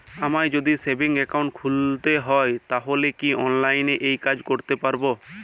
আমায় যদি savings account খুলতে হয় তাহলে কি অনলাইনে এই কাজ করতে পারবো?